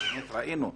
באמת ראינו,